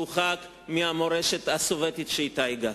שהוא חג מהמורשת הסובייטית שאתה הגעתם?